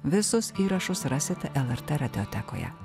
visus įrašus rasite lrt radiotekoje